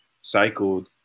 cycled